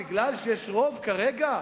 רק כי יש רוב כרגע,